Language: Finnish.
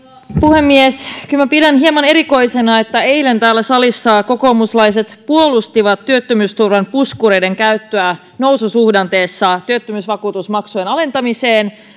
puhemies kyllä minä pidän hieman erikoisena että eilen täällä salissa kokoomuslaiset puolustivat työttömyysturvan puskureiden käyttöä noususuhdanteessa työttömyysvakuutusmaksujen alentamiseen